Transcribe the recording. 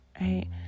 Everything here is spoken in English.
Right